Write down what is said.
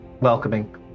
welcoming